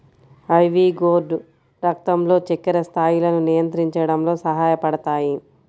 ivy gourd రక్తంలో చక్కెర స్థాయిలను నియంత్రించడంలో సహాయపడతాయి